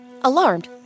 Alarmed